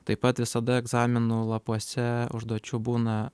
taip pat visada egzaminų lapuose užduočių būna